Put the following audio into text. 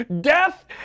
death